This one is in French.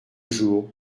jour